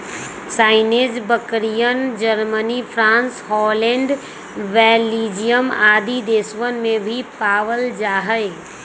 सानेंइ बकरियन, Germany, France, Holland, Belgium आदि देशवन में भी पावल जाहई